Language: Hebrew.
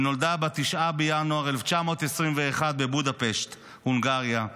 היא נולדה ב-9 בינואר 1921 בבודפשט, הונגריה.